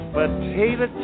potato